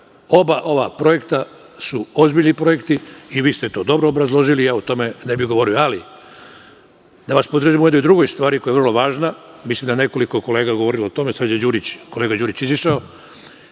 oba ova projekta su ozbiljni projekti i vi ste to dobro obrazložili, o tome ne bih govorio. Ali, da vas podržim i u jednoj drugoj stvari koja je vrlo važna, mislim da je nekoliko kolega govorilo o tome, sada je kolega Đurić izašao.